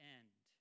end